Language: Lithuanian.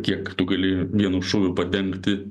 kiek tu gali vienu šūviu padengti